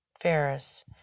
Ferris